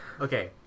Okay